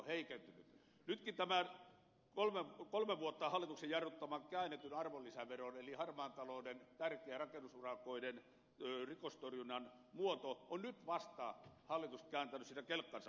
nytkin tässä kolme vuotta hallituksen jarruttamassa käännetyn arvonlisäveron eli harmaan talouden tärkeässä rakennusurakoiden rikostorjunnan muodossa on nyt vasta hallitus kääntänyt kelkkansa